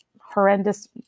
horrendous